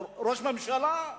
או ראש ממשלה,